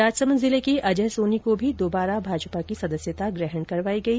राजसमन्द जिले के अजय सोनी को भी दोबारा भाजपा की सदस्यता ग्रहण करवाई गई